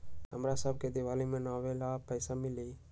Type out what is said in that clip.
हमरा शव के दिवाली मनावेला पैसा मिली?